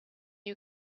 you